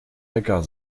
hacker